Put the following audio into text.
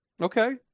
okay